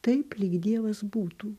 taip lyg dievas būtų